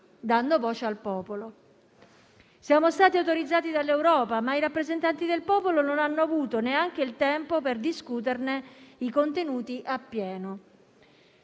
dando voce al popolo. Siamo stati autorizzati dall'Europa, ma i rappresentanti del popolo non hanno avuto neanche il tempo per discuterne i contenuti appieno.